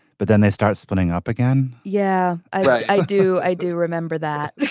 but then they start splitting up again yeah i do. i do remember that